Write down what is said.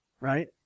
right